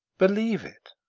believe it,